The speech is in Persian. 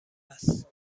است